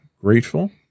grateful